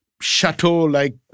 chateau-like